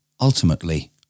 ultimately